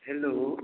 hello